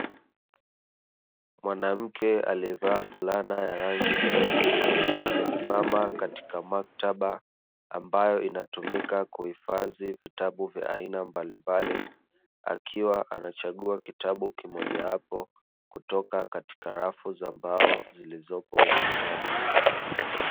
Mwanamke aliyevaa fulana ya rangi nyeusi amesimama katika maktaba, ambayo inatumika kuhifadhi vitabu vya aina mbalimbali akiwa anachagua kitabu kimojawapo kutoka katika rafu za mbao zilizopo ukutani.